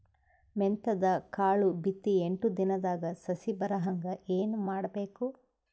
ಮೆಂತ್ಯದ ಕಾಳು ಬಿತ್ತಿ ಎಂಟು ದಿನದಾಗ ಸಸಿ ಬರಹಂಗ ಏನ ಮಾಡಬೇಕು?